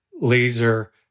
laser